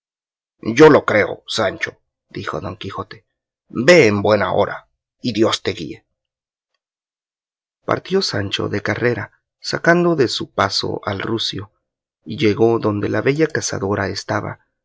yo lo creo sancho dijo don quijote ve en buena hora y dios te guíe partió sancho de carrera sacando de su paso al rucio y llegó donde la bella cazadora estaba